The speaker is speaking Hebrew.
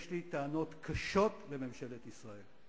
יש לי טענות קשות לממשלת ישראל.